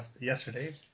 Yesterday